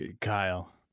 Kyle